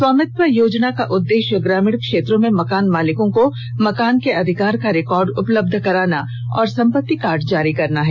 स्वामित्व योजना का उदेश्य ग्रामीण क्षेत्रों में मकान मालिकों को मकान के अधिकार का रिकॉर्ड उपलब्ध कराना और संपत्ति कार्ड जारी करना है